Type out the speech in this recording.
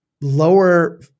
lower